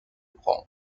prendre